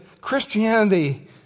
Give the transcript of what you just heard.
Christianity